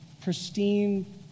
pristine